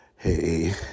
Hey